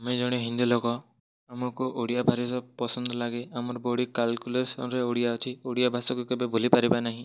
ଆମେ ଜଣେ ହିନ୍ଦୁ ଲୋକ ଆମକୁ ଓଡ଼ିଆ ଭାରି ପସନ୍ଦ ଲାଗେ ଆମର ବଡ଼ି କାଲ୍କୁଲେସନରେ ଓଡ଼ିଆ ଅଛି ଓଡ଼ିଆ ଭାଷାକୁ କେବେ ଭୁଲିପାରିବା ନାହିଁ